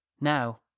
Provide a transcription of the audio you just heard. Now